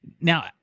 Now